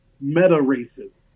meta-racism